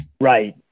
right